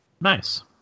Nice